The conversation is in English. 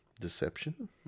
Deception